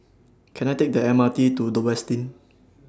Can I Take The M R T to The Westin